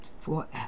forever